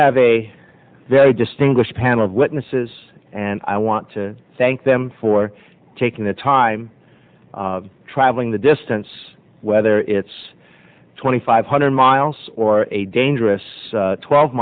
have a very distinguished panel of witnesses and i want to thank them for taking the time travelling the distance whether it's twenty five hundred miles or a dangerous twelve